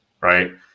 Right